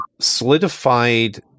solidified